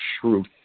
truth